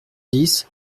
dix